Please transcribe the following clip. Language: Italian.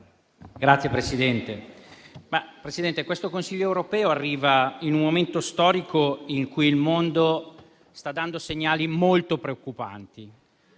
Signor Presidente, questo Consiglio europeo arriva in un momento storico in cui il mondo sta dando segnali molto preoccupanti.